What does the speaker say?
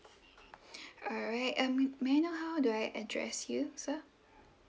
alright um may I know how do I address you sir